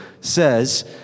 says